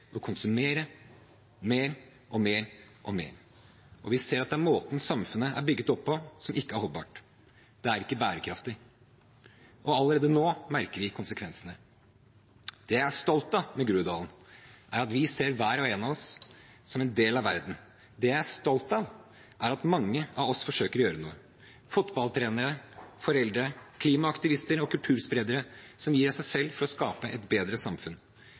og konsumere mer og mer og mer. Vi ser at det er måten samfunnet er bygget opp på, som ikke er holdbar – det er ikke bærekraftig. Og allerede nå merker vi konsekvensene. Det jeg er stolt av ved Groruddalen, er at vi ser hver og en av oss som en del av verden. Det jeg er stolt av, er at mange av oss forsøker å gjøre noe – fotballtrenere, foreldre, klimaaktivister og kulturspredere som gir av seg selv for å skape et bedre samfunn.